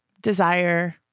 desire